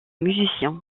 musicien